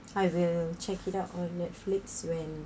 I will check it out on netflix when